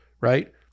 right